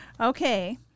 Okay